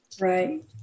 Right